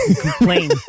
complain